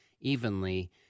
evenly